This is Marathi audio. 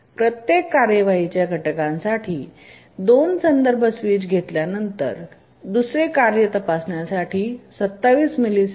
प्रत्येक कार्यवाही च्या घटकांसाठी 2 संदर्भ स्विच घेतल्यानंतर दुसरे कार्य तपासण्यासाठी 27 मिलिसेकंद